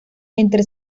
entre